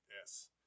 Yes